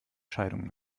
scheidung